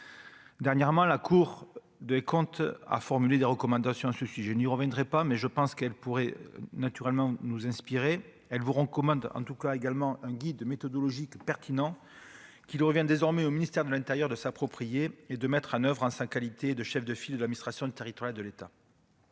dernièrement la Cour des comptes à formuler des recommandations ceux si je n'y reviendrai pas, mais je pense qu'elle pourrait naturellement nous inspirer, elle vous rend en tout cas, également un guide méthodologique pertinent qu'il revient désormais au ministère de l'Intérieur, de s'approprier et de mettre à l'oeuvre, hein, sa qualité de chef de file d'administration du territoire de l'État.